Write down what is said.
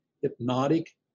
hypnotic